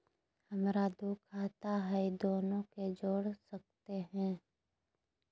हमरा दू खाता हय, दोनो के जोड़ सकते है?